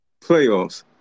playoffs